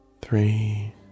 three